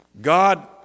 God